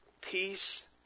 Peace